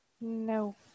No